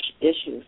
issues